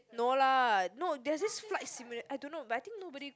no lah no there's this flight simulator I don't know but I think nobody